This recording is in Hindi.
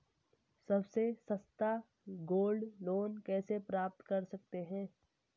सबसे सस्ता गोल्ड लोंन कैसे प्राप्त कर सकते हैं?